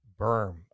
berm